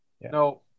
no